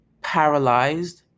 paralyzed